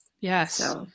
Yes